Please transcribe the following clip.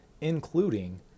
including